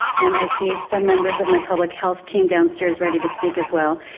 and i see some members of my public health team downstairs ready to speak as well.